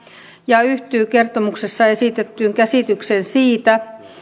ja yhtyy kertomuksessa esitettyyn käsitykseen siitä